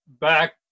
Back